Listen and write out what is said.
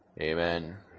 Amen